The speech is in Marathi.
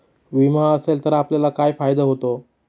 विमा असेल तर आपल्याला काय फायदा होतो?